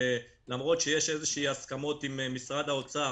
למרות שיש הסכמות כלשהן עם משרד האוצר.